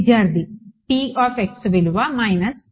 విద్యార్థి విలువ 1